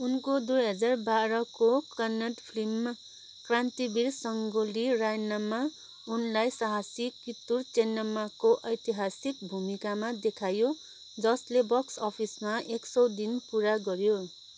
उनको दुई हजार बाह्रको कन्नड फिल्म क्रान्तिवीर सङ्गोल्ली रायन्नामा उनलाई साहसी कित्तूर चेन्नम्माको ऐतिहासिक भूमिकामा देखायो जसले बक्स अफिसमा एक सय दिन पुरा गऱ्यो